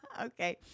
Okay